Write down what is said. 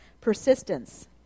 Persistence